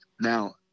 Now